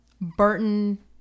Burton